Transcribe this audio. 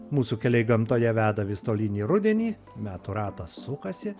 mūsų keliai gamtoje veda vis tolyn į rudenį metų ratas sukasi